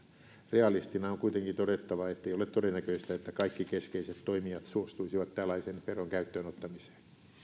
realistina on kuitenkin todettava ettei ole todennäköistä että kaikki keskeiset toimijat suostuisivat tällaisen veron käyttöönottamiseen